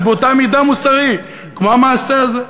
זה באותה מידה מוסרי כמו המעשה הזה.